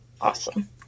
Awesome